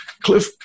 Cliff